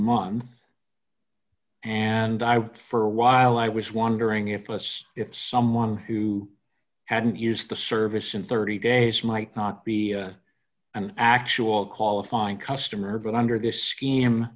month and i for a while i was wondering if us if someone who hadn't used the service in thirty days might not be an actual qualifying customer but under this scheme